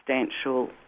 substantial